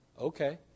okay